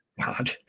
God